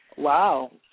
Wow